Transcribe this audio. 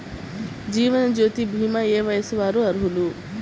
జీవనజ్యోతి భీమా ఏ వయస్సు వారు అర్హులు?